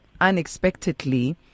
unexpectedly